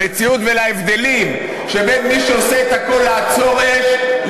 למציאות ולהבדלים שבין מי שעושה את הכול לעצור אש,